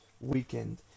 weekend